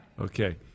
Okay